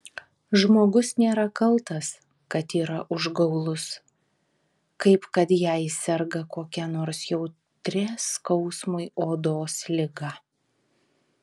žmogus nėra kaltas kad yra užgaulus kaip kad jei serga kokia nors jautria skausmui odos liga